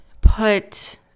put